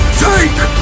take